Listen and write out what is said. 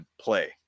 play